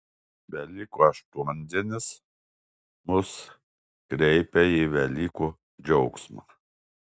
velykų aštuondienis mus kreipia į velykų džiaugsmą